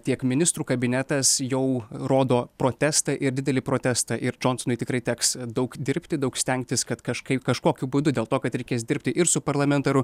tiek ministrų kabinetas jau rodo protestą ir didelį protestą ir džonsonui tikrai teks daug dirbti daug stengtis kad kažkaip kažkokiu būdu dėl to kad reikės dirbti ir su parlamentaru